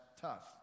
tough